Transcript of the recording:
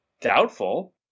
doubtful